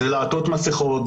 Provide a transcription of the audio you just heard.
זה לעטות מסכות,